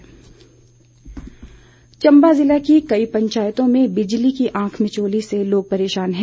बिजली समस्या चंबा ज़िले की कई पंचायतों में बिजली की आंख मिचौली से लोग परेशान हैं